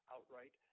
Outright